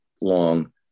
long